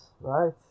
right